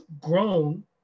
grown